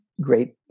great